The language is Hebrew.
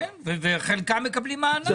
כן, וחלקם מקבלים מענק.